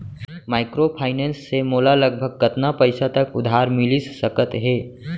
Microfinance से मोला लगभग कतना पइसा तक उधार मिलिस सकत हे?